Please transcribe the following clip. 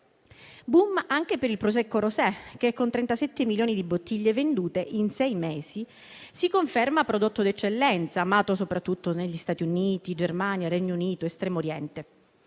*boom* anche per il Prosecco rosé, che con 37 milioni di bottiglie vendute in sei mesi si conferma prodotto d'eccellenza, amato soprattutto negli Stati Uniti e in Germania, Regno Unito ed Estremo Oriente.